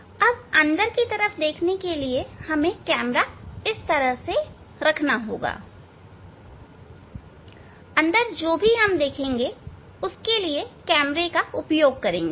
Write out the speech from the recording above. अब अंदर की तरफ देखने के लिए हमें कैमरा इस तरह रखना होगा अंदर जो भी हम देखेंगे उसके लिए कैमरे का उपयोग करेंगे